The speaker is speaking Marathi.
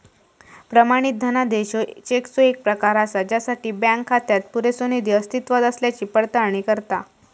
प्रमाणित धनादेश ह्यो चेकचो येक प्रकार असा ज्यासाठी बँक खात्यात पुरेसो निधी अस्तित्वात असल्याची पडताळणी करता